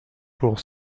pour